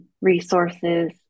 resources